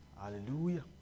Hallelujah